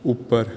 ਉੱਪਰ